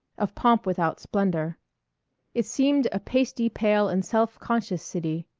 of pomp without splendor it seemed a pasty-pale and self-conscious city.